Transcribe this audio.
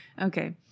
okay